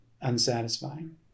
unsatisfying